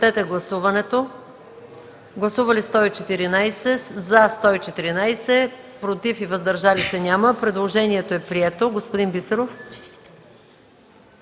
Предложението е прието.